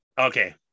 Okay